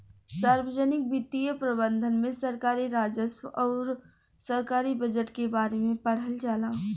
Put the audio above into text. सार्वजनिक वित्तीय प्रबंधन में सरकारी राजस्व अउर सरकारी बजट के बारे में पढ़ल जाला